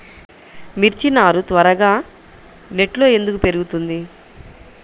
మిర్చి నారు త్వరగా నెట్లో ఎందుకు పెరుగుతుంది?